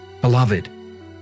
Beloved